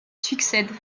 succède